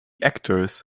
actors